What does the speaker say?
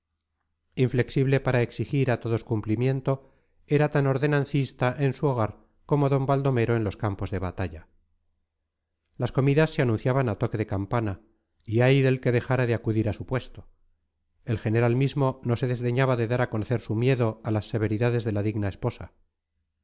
inflexible para exigir a todos cumplimiento era tan ordenancista en su hogar como d baldomero en los campos de batalla las comidas se anunciaban a toque de campana y ay del que dejara de acudir a su puesto el general mismo no se desdeñaba de dar a conocer su miedo a las severidades de la digna esposa